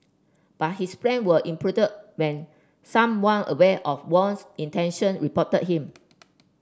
but his plan were when someone aware of Wang's intention reported him